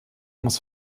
muss